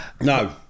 No